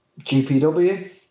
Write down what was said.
GPW